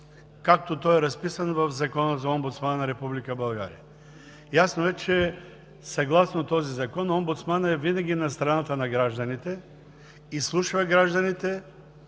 както той е разписан в Закона за омбудсмана на Република България. Ясно е, че, съгласно този закон, омбудсманът е винаги на страната на гражданите, изслушва гражданите,